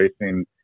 racing